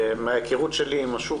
מההיכרות שלי עם השוק,